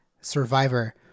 Survivor